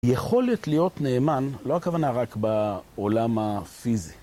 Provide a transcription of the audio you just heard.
יכולת להיות נאמן, לא הכוונה רק בעולם הפיזי.